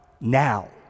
now